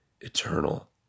eternal